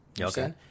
Okay